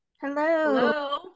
Hello